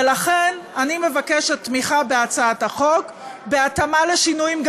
ולכן אני מבקשת תמיכה בהצעת החוק בהתאמה לשינויים,